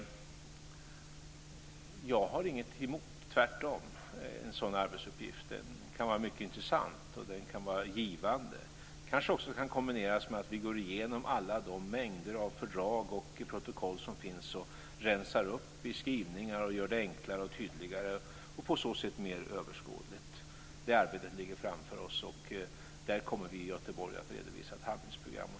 Jag har inget emot en sådan här arbetsuppgift, tvärtom. Den kan vara mycket intressant och givande. Den kanske också kan kombineras med att vi går igenom alla de mängder av fördrag och protokoll som finns, rensar upp i skrivningar och gör det enklare och tydligare och på så sätt mer överskådligt. Det arbetet ligger framför oss. Och vi kommer i Göteborg att redovisa ett handlingsprogram.